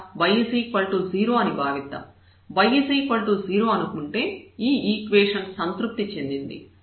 y 0 అనుకుంటే ఈ equation సంతృప్తి చెందింది